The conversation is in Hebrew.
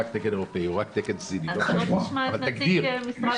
אז רק תקן אירופאי או רק תקן סיני --- אבל זה שהשר הוא